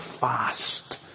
fast